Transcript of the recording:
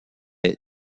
est